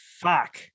fuck